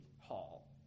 hall